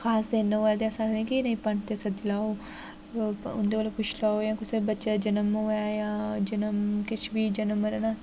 खासे न होऐ ते अस पंतै ई सद्दी लैओ उं'दे कोला पुच्छी लैओ जां कुसै बच्चे दा जन्म होऐ जां जन्म किश बी जन्म मरण